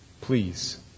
Please